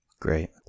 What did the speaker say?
Great